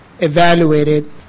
evaluated